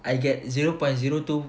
I get zero point zero two